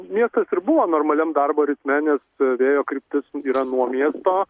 miestas ir buvo normaliam darbo ritme nes vėjo kryptis yra nuo miesto